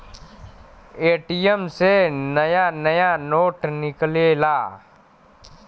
ATM से नया नया नोट निकलेला